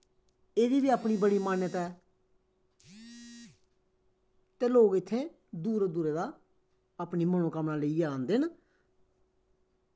एह्दी बी अपनी बड़ी मान्यता ऐ ते लोग इत्थें दूरा दूरा दा अपनी मनोकामना लेइयै आंदे न